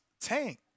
Tank